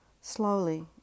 Slowly